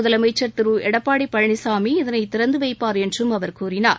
முதலமைச்சர் திரு எடப்பாடி பழனிசாமி இதனை திறந்து வைப்பார் என்றும் அவர் கூறினார்